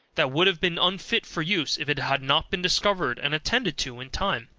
that would have been unfit for use, if it had not been discovered and attended to in time.